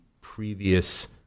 previous